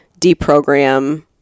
deprogram